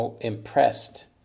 impressed